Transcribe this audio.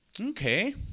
Okay